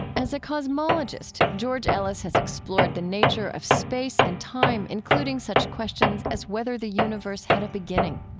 as a cosmologist, george ellis has explored the nature of space and time, including such questions as whether the universe had a beginning.